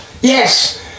Yes